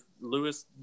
Lewis